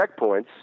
checkpoints